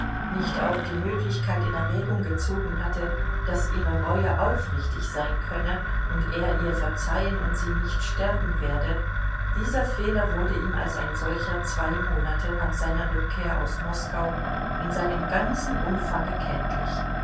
nicht auch die möglichkeit in erwägung gezogen hatte daß ihre reue aufrichtig sein könne und er ihr verzeihen und sie nicht sterben werde dieser fehler wurde ihm als ein solcher zwei monate nach seiner rückkehr aus moskau in seinem ganzen umfange kenntlich